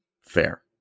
fair